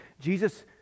Jesus